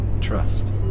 trust